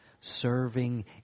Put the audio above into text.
serving